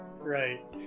right